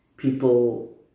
People